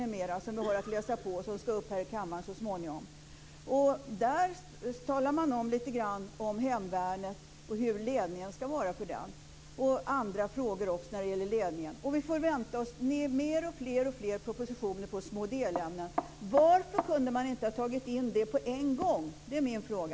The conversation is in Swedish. Den har vi att läsa på, och den ska upp här i kammaren så småningom. Där talar man lite grann om hemvärnet och om hur ledningen ska vara för det. Man talar också om andra frågor när det gäller ledningen. Vi får vänta oss allt fler propositioner på små delämnen. Varför kunde man inte ha tagit in det på en gång? Det är min fråga.